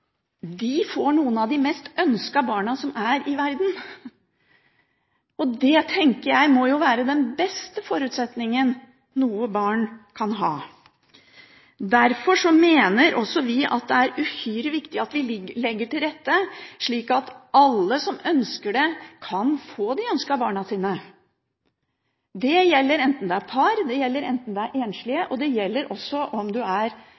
får noen av de mest ønskede barna som er i verden. Og det, tenker jeg, må jo være den beste forutsetningen noe barn kan ha. Derfor mener også vi at det er uhyre viktig at vi legger til rette slik at alle som ønsker det, kan få de ønskede barna sine. Dette gjelder om man er et par, om man er enslig, eller om